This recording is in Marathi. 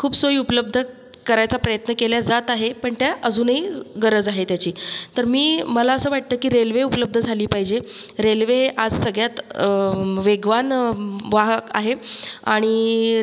खूप सोयी उपलब्ध करायचा प्रयत्न केला जात आहे पण त्या अजूनही गरज आहे त्याची तर मी मला असं वाटतं की रेल्वे उपलब्ध झाली पाहिजे रेल्वे आज सगळ्यात वेगवान वाहक आहे आणि